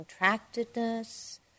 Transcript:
contractedness